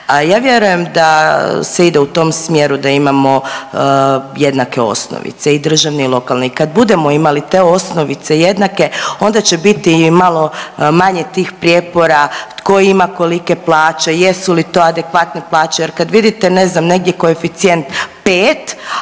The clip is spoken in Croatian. ja vjerujem da se ide u tom smjeru da imamo jednake osnovnice i državni i lokalni. I kad budemo imali te osnovice jednake onda će biti i malo manje tih prijepora tko ima kolike plaće, jesu li to adekvatne plaće jer kad vidite ne znam negdje koeficijent 5,